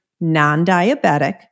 non-diabetic